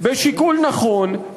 בשיקול נכון,